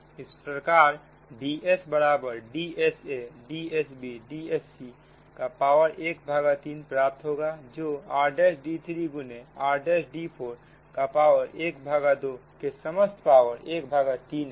इस प्रकार Ds बराबर DsaDsbDscका पावर ⅓ प्राप्त होगा जो r'd3 गुने r'd4 का पावर 12 के समस्त पावर ⅓ है